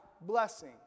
blessing